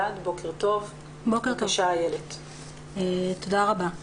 תודה רבה.